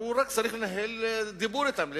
הוא רק צריך לנהל דיבור אתם,